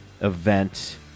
event